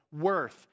worth